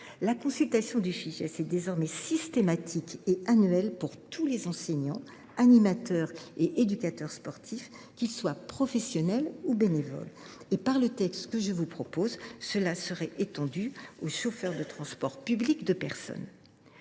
La consultation du Fijais est désormais systématique et annuelle pour tous les enseignants, animateurs et éducateurs sportifs, qu’ils soient professionnels ou bénévoles ; je vous propose ici d’étendre cette mesure aux chauffeurs de transport public de personnes.